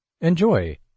Enjoy